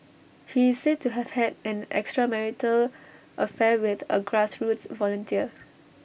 he said to have had an extramarital affair with A grassroots volunteer